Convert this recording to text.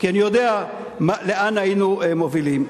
כי אני יודע לאן היינו מובילים.